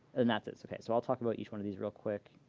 and that's it, ok. so i'll talk about each one of these real quick.